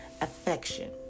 Affection